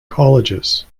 colleges